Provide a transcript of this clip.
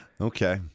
Okay